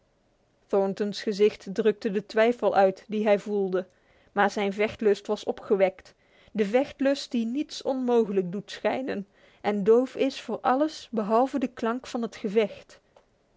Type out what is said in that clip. daarop thornton's gezicht drukte de twijfel uit die hij voelde maar zijn vechtlust was opgewekt de vechtlust die niets onmogelijk doet schijnen en doof is voor alles behalve de klank van het gevecht